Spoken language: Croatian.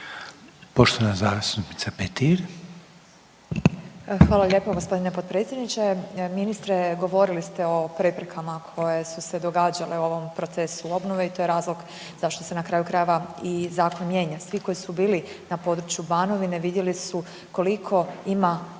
Marijana (Nezavisni)** Hvala lijepo gospodine potpredsjedniče. Ministre, govorili ste o preprekama koje su se događale u ovom procesu obnove i to je razloga zašto se na kraju krajeva i Zakon mijenja. Svi koji su bili na području Banovine vidjeli su koliko ima